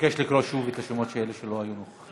אבקש לקרוא שוב את השמות של אלה שלא היו נוכחים.